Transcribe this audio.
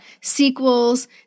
sequels